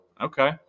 Okay